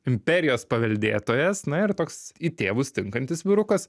imperijos paveldėtojas na ir toks į tėvus tinkantis vyrukas